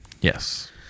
Yes